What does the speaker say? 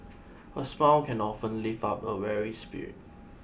a smile can often lift up a weary spirit